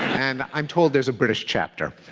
and i'm told there's a british chapter.